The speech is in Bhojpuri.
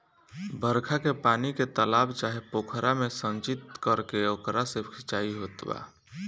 बरखा के पानी के तालाब चाहे पोखरा में संचित करके ओकरा से सिंचाई होत बा